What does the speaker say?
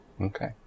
Okay